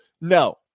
No